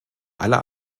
aller